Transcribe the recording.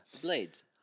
Blades